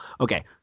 Okay